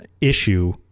issue